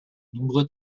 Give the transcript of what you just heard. nombreux